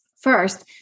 First